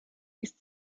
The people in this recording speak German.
ist